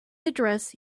address